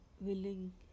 willing